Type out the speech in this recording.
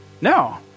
No